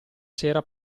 sera